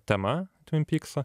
tema tvin pykso